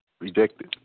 rejected